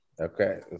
Okay